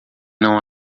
não